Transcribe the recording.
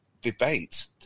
debate